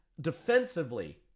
defensively